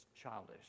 childish